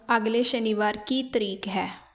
ਅਗਲੇ ਸ਼ਨੀਵਾਰ ਕੀ ਤਾਰੀਖ਼ ਹੈ